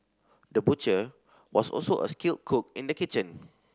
the butcher was also a skilled cook in the kitchen